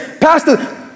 Pastor